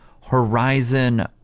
Horizon